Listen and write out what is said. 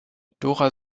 dora